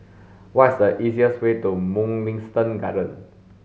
what is the easiest way to Mugliston Gardens